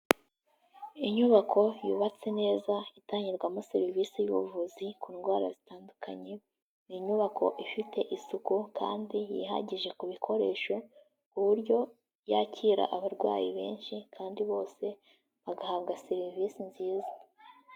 Inyubako yubatse neza itangirwamo serivisi y'ubuvuzi ku ndwara zitandukanye, ni inyubako ifite isuku kandi yihagije ku bikoresho ku buryo yakira abarwayi benshi kandi bose bagahabwa serivisi nziza.